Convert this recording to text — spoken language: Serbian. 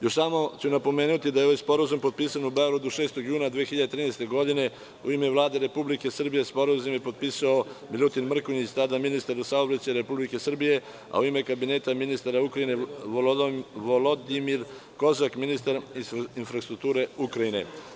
Još ću samo napomenuti da je ovaj sporazum potpisan u Beogradu 6. juna 2013. godine u ime Vlade Republike Srbije, Sporazum je potpisao Milutin Mrkonjić tada ministar u saobraćaju Republike Srbije, a u ime Kabineta ministara Ukrajine Vladimir Kozak, ministar infrastrukture Ukrajine.